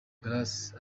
grace